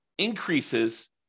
increases